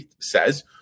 says